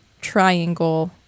triangle